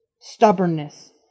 stubbornness